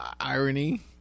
irony